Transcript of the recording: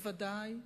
ודאי,